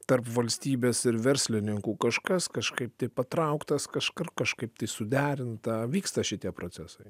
tarp valstybės ir verslininkų kažkas kažkaip patrauktas kažkur kažkaip suderinta vyksta šitie procesai